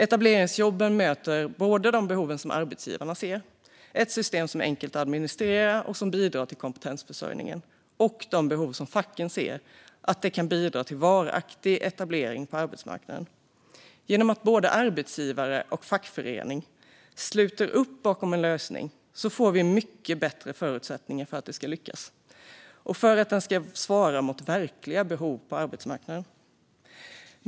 Etableringsjobben möter både de behov som arbetsgivarna ser - ett system som är enkelt att administrera och som bidrar till kompetensförsörjningen - och de behov som facken ser, nämligen att det kan bidra till varaktig etablering på arbetsmarknaden. Genom att både arbetsgivare och fackförening sluter upp bakom en lösning får vi en mycket bättre förutsättning för att den ska lyckas och för att den ska svara mot verkliga behov på arbetsmarknaden.